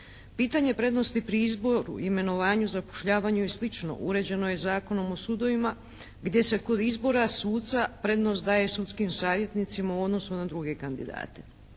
pitanje prednosti pri izboru i imenovanju, zapošljavanju i slično uređeno je Zakonom o sudovima gdje se kod izbora suca prednost daje sudskim savjetnicima u odnosu na druge kandidate.